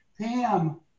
Pam